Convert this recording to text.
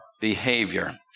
behavior